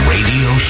Radio